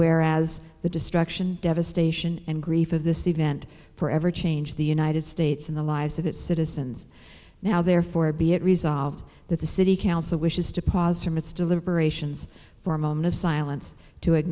where as the destruction devastation and grief of this event forever change the united states in the lives of its citizens now therefore be it resolved that the city council wishes to pause from its deliberations for a moment of silence to